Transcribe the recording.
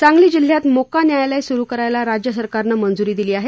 सांगली जिल्ह्यात मोक्का न्यायालय स्रू करायला राज्य सरकारनं मंज्री दिली आहे